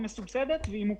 היא מסובסדת ומוכרת.